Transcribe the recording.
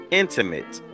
intimate